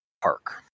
Park